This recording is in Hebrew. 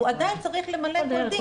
הוא עדיין צריך למלא כל דין.